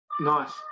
nice